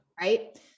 Right